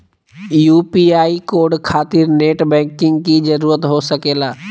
UPI code खातिर net banking की जरूरत हो सके ला?